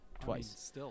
twice